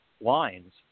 lines